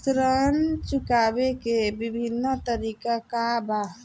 ऋण चुकावे के विभिन्न तरीका का बा?